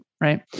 right